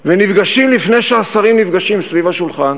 ונפגשים לפני שהשרים נפגשים סביב השולחן,